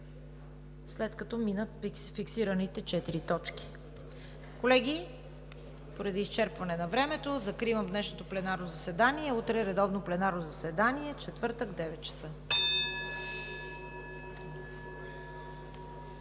разглеждането на фиксираните четири точки утре. Колеги, поради изчерпване на времето, закривам днешното пленарно заседание. Утре редовно пленарно заседание – четвъртък, 9,00 ч.